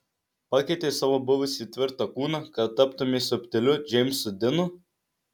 pakeitei savo buvusį tvirtą kūną kad taptumei subtiliu džeimsu dinu